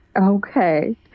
Okay